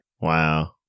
Wow